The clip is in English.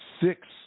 six